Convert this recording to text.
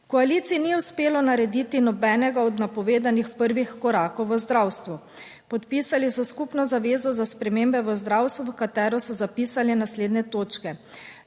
koaliciji ni uspelo narediti nobenega od napovedanih prvih korakov v zdravstvu. Podpisali so skupno zavezo za spremembe v zdravstvu, v katero so zapisali naslednje točke: